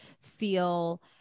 feel